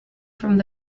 for